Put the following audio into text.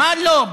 מה לא?